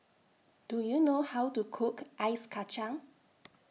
Do YOU know How to Cook Ice Kacang